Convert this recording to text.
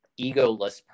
egoless